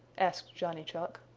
asked johnny chuck.